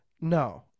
No